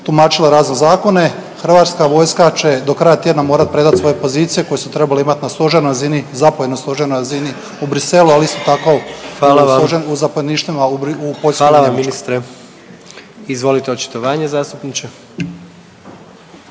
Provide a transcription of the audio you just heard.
tumačila razno zakone Hrvatska vojska će do kraja tjedna morati predati svoje pozicije koje su trebale imati na stožernoj razini, zapovjednoj stožernoj razini u Bruxellesu, ali isto tako … …/Upadica predsjednik: Hvala vam./… … u zapovjedništva u